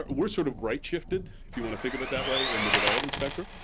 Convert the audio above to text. ah we're sort of right-shifted, if you want to think of it that way, in the development spectrum,